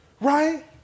Right